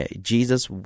jesus